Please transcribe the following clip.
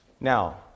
Now